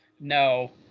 No